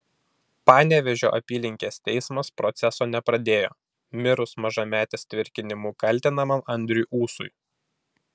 panevėžio apylinkės teismas proceso nepradėjo mirus mažametės tvirkinimu kaltinamam andriui ūsui